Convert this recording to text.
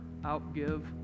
outgive